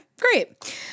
great